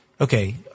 Okay